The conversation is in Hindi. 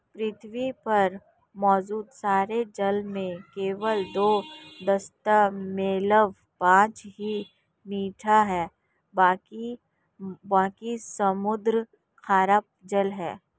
पृथ्वी पर मौजूद सारे जल में केवल दो दशमलव पांच ही मीठा है बाकी समुद्री खारा जल है